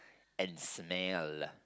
and smell